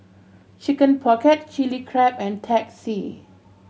Chicken Pocket Chilli Crab and Teh C